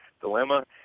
Dilemma